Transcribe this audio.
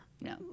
No